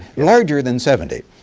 larger than seventy.